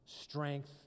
strength